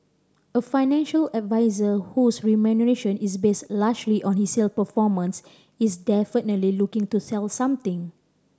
a financial advisor whose remuneration is based largely on his sale performance is definitely looking to sell something